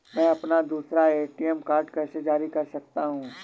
मैं अपना दूसरा ए.टी.एम कार्ड कैसे जारी कर सकता हूँ?